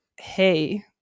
hey